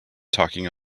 talking